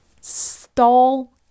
stall